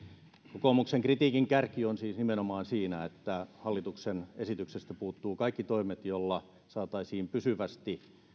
kokoomuksen kritiikin kärki on siis nimenomaan siinä että hallituksen esityksestä puuttuvat kaikki toimet joilla saataisiin pysyvästi